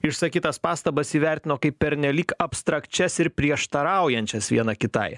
išsakytas pastabas įvertino kaip pernelyg abstrakčias ir prieštaraujančias viena kitai